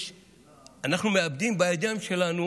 אנחנו מאבדים בידיים שלנו